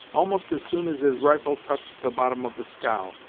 almost as soon as his rifle touched the bottom of the scow,